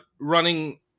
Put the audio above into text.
running